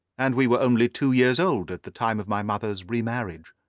and we were only two years old at the time of my mother's re-marriage.